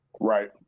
right